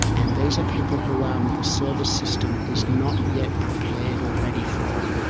and these are people who um the service system is not yet prepared or ready for.